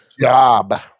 job